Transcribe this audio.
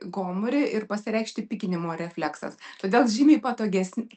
gomurį ir pasireikšti pykinimo refleksas todėl žymiai patogesn